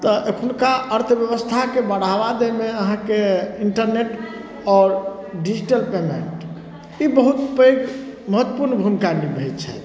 तऽ एखुनका अर्थब्यवस्थाकेॅं बढ़ाबा दै मे अहाँके इन्टरनेट आओर डिजिटल पेमेन्ट ई बहुत पैघ बहुत महत्वपूर्ण भूमिका निभावै छै